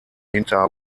hinter